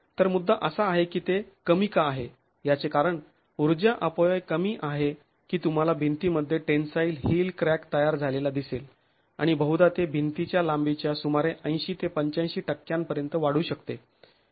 तर मुद्दा असा आहे की ते कमी का आहे याचे कारण ऊर्जा अपव्यय कमी आहे की तुम्हाला भिंतीमध्ये टेन्साईल हिल क्रॅक तयार झालेला दिसेल आणि बहुदा ते भिंतीच्या लांबीच्या सुमारे ८० ते ८५ टक्क्यांपर्यंत वाढू शकते